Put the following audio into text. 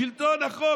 "שלטון החוק"?